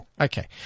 Okay